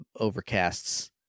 overcasts